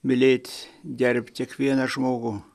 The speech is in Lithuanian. mylėt gerbt kiekvieną žmogų